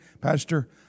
Pastor